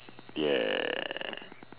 yeah